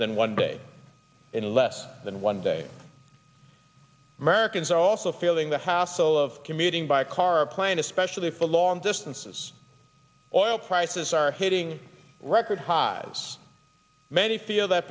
than one day in less than one day americans are also feeling the hassle of commuting by car or plane especially for long distances oil prices are hitting record highs many feel that